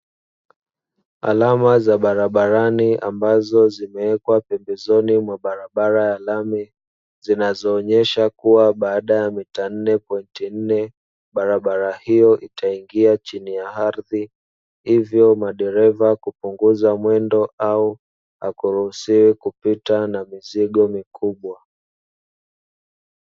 Alama za barabarani ambazo zimewekwa pembezoni mwa barabara ya lami zinazoonyesha kuwa baada ya nukta nne pointi nne, barabara hiyo itaingia chini ya ardhi hivyo madereva kupunguza mwendo au hakuruhusiwi kupita na mizigo mikubwa.